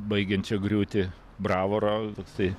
baigiančio griūti bravoro toksai